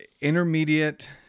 intermediate